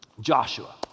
Joshua